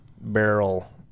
barrel